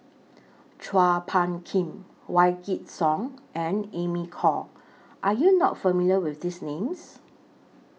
Chua Phung Kim Wykidd Song and Amy Khor Are YOU not familiar with These Names